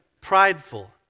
prideful